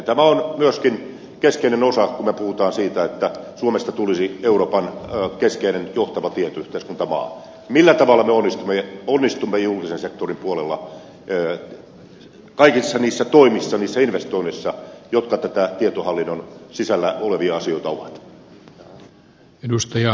tämä on myöskin keskeinen osa kun me puhumme siitä että suomesta tulisi euroopan keskeinen johtava tietoyhteiskuntamaa millä tavalla me onnistumme julkisen sektorin puolella kaikissa niissä toimissa niissä investoinneissa jotka näitä tietohallinnon sisällä olevia asioita ovat